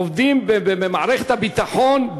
עובדים במערכת הביטחון,